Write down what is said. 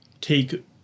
take